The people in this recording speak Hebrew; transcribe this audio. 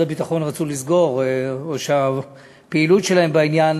הביטחון רצו לסגור או שהפעילות שלהם בעניין